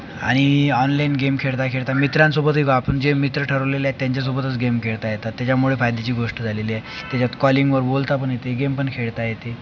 आणि online game खेळता खेळता मित्रांसोबतही बा जे मित्र ठरवलेले आहेत त्यांच्यासोबतच गेम खेळता येतात त्याच्यामुळे फायद्याची गोष्ट झालेली आहे त्याच्यात कॉलिंगवर बोलता पण येते गेम पण खेळता येते